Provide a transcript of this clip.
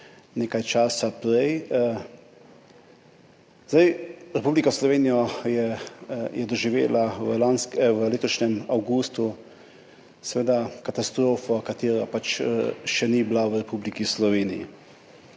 nekaj časa prej. Republika Slovenija je doživela v letošnjem avgustu katastrofo, ki je še ni bilo v Republiki Sloveniji.